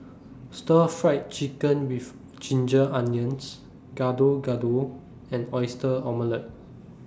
Stir Fried Chicken with Ginger Onions Gado Gado and Oyster Omelette